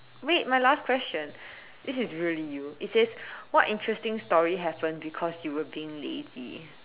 wait my last question this is really you it says what interesting story happened because you were being lazy